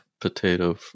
potato